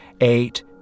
eight